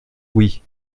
oui